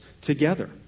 together